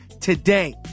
today